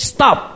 Stop